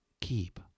keep